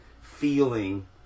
feeling